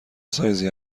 سایزی